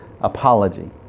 apology